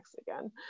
again